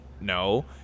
No